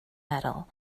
metal